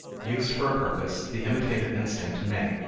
used for a purpose, the imitative instinct may,